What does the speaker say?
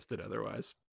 otherwise